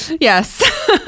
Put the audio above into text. Yes